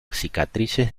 cicatrices